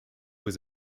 was